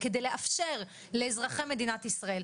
כדי לאפשר לאזרחי מדינת ישראל,